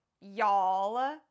Y'all